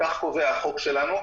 כך קובע החוק שלנו.